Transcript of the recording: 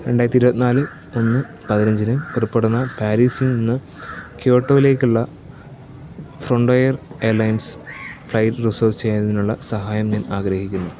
രണ്ടായിരത്തി ഇരുപത് നാല് ഒന്ന് പതിനഞ്ചിന് പുറപ്പെടുന്ന പാരീസിൽ നിന്ന് ക്യോട്ടോയിലേക്കുള്ള ഫ്രോണ്ടിയർ എയർലൈൻസ് ഫ്ലൈറ്റ് റിസർവ് ചെയ്യുന്നതിനുള്ള സഹായം ഞാൻ ആഗ്രഹിക്കുന്നു